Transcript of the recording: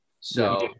So-